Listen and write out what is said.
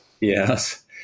Yes